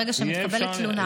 ברגע שמתקבלת תלונה,